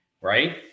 right